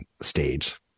stage